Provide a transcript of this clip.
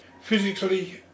physically